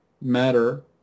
matter